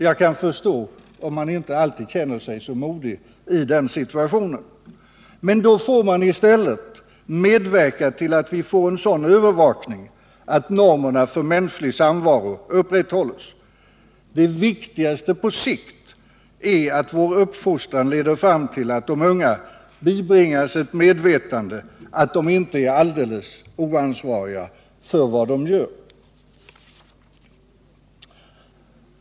Jag kan förstå om man inte alltid känner sig så modig i den situationen. Men då får man i stället medverka till att vi får en sådan övervakning att normerna för mänsklig samvaro upprätthålls. Det viktigaste på sikt är att vår uppfostran leder fram till att de unga bibringas ett medvetande om att de inte är alldeles oansvariga för vad de gör.